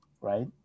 right